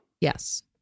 Yes